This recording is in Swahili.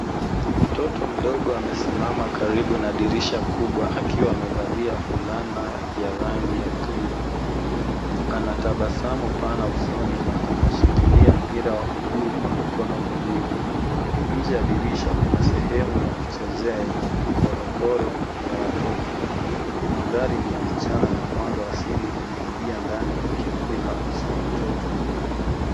Mtoto mdogo amesimama karibu na dirisha kubwa akiwa amevalia fulana ya rangi ya cream . Ana tabasamu pana usoni na anashikilia mpira wa buluu kwa mikono miwili. Nje ya dirisha, kuna sehemu ya kuchezea yenye vikorokoro vya watoto. Mandhari ni ya mchana na mwanga asili unaingia ndani ukimulika uso wa mtoto.